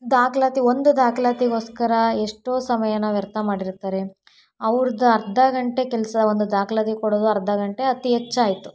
ದಾಖಲಾತಿ ಒಂದು ದಾಖಲಾತಿಗೋಸ್ಕರ ಎಷ್ಟೋ ಸಮಯಾನ ವ್ಯರ್ಥ ಮಾಡಿರ್ತಾರೆ ಅವ್ರದ್ದು ಅರ್ಧ ಗಂಟೆ ಕೆಲಸ ಒಂದು ದಾಖಲಾತಿ ಕೊಡೋದು ಅರ್ಧ ಗಂಟೆ ಅತಿ ಹೆಚ್ಚ್ ಆಯಿತು